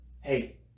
Hey